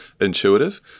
intuitive